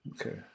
Okay